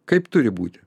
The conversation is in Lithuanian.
kaip turi būti